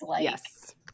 Yes